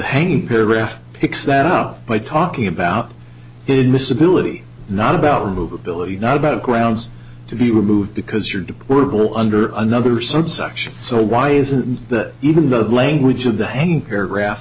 hanging paragraph picks that up by talking about it miss ability not about remove ability not about grounds to be removed because you're deplorable under another subsection so why isn't that even the language of the hanging paragraph